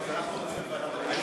אנחנו רוצים ועדת הכנסת.